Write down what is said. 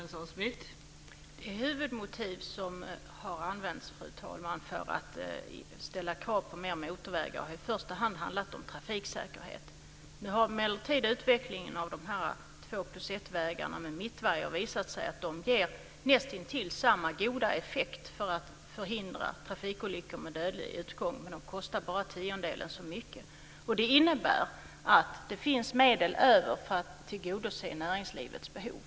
Fru talman! Det huvudmotiv som har använts för att ställa krav på fler motorvägar har i första hand handlat om trafiksäkerhet. Nu har emellertid utvecklingen av två-plus-ett-vägarna med mittvajer visat att de ger nästintill samma goda effekt när det gäller att förhindra trafikolyckor med dödlig utgång, men de kostar bara tiondelen så mycket. Det innebär att det finns medel över för att tillgodose näringslivets behov.